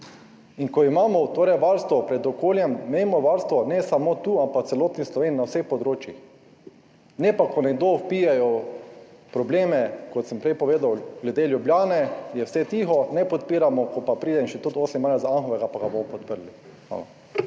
In ko imamo varstvo okolja, imejmo varstvo ne samo tu, ampak v celotni Sloveniji, na vseh področjih. Ne pa, ko nekdo vpije probleme, kot sem prej povedal, glede Ljubljane, je vse tiho, ne podpiramo, ko pa pride Inštitut 8. marec za Anhovo, pa ga bomo podprli.